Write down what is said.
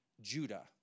Judah